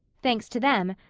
thanks to them,